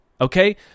okay